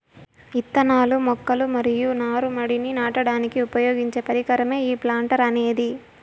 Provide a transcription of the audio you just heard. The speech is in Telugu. ఇత్తనాలు, మొక్కలు మరియు నారు మడిని నాటడానికి ఉపయోగించే పరికరమే ఈ ప్లాంటర్ అనేది